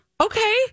Okay